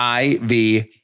IV